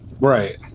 Right